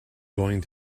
going